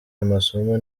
amasomo